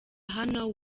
hano